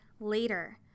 later